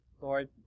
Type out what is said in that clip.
Lord